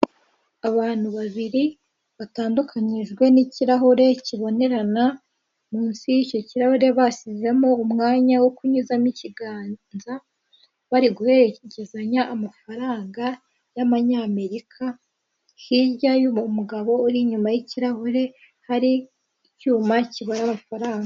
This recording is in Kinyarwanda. Abantu babiri batandukanyijwe n'ikirahure kibonerana munsi y'icyo kirahure bashyizemo umwanya wo kunyuzamo ikiganza bari guhererezanya amafaranga y'amanyamerika, hirya y'uwo mugabo uri inyuma y'ikirahure hari icyuma kibara amafaranga.